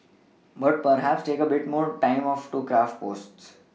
but perhaps take a bit more time of craft posts